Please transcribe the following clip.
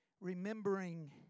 remembering